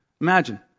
Imagine